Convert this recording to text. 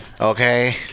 Okay